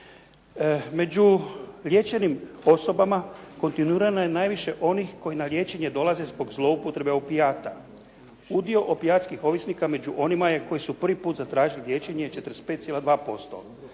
Među liječenim osobama kontinuirano je najviše onih koji na liječenje dolaze zbog zloupotrebe opijata. Udio opijatskih ovisnika među onima koji su prvi put zatražili liječenje je 45,2%.